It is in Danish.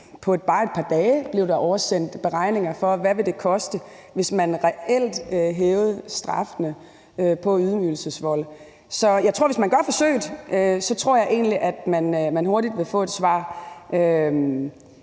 på bare et par dage blev der oversendt beregninger for, hvad det ville koste, hvis man reelt hævede straffene for ydmygelsesvold. Så hvis man gør forsøget, tror jeg egentlig, at man hurtigt vil få et svar.